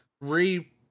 re